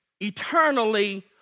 eternally